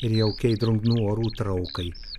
ir jaukiai drungnų orų traukai